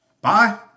bye